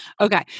Okay